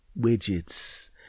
widgets